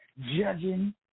judging